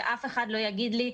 שאף אחד לא יגיד לי,